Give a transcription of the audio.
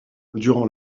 durant